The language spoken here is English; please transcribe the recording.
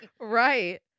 Right